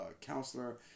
counselor